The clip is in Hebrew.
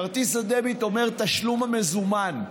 כרטיס הדביט אומר תשלום מזומן.